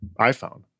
iPhone